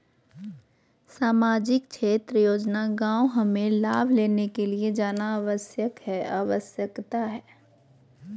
सामाजिक क्षेत्र योजना गांव हमें लाभ लेने के लिए जाना आवश्यकता है आवश्यकता है?